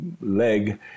leg